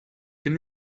can